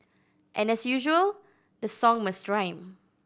and as usual the song must rhyme